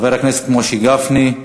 חבר הכנסת משה גפני.